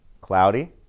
Cloudy